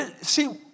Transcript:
See